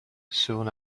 soon